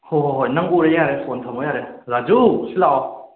ꯍꯣꯏ ꯍꯣꯏ ꯍꯣꯏ ꯅꯪ ꯎꯔꯦ ꯌꯥꯔꯦ ꯐꯣꯟ ꯊꯝꯃꯣ ꯌꯥꯔꯦ ꯔꯥꯖꯨ ꯁꯤꯗ ꯂꯥꯛꯑꯣ